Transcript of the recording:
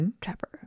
Trapper